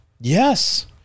yes